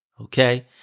okay